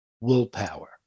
willpower